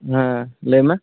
ᱦᱮᱸ ᱞᱟᱹᱭ ᱢᱮ